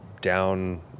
down